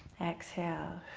exhale.